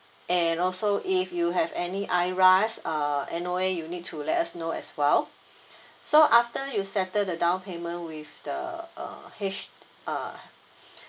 and also if you have any I_R_A_S err any way you need to let us know as well so after you settle the down payment with the uh H uh